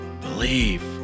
Believe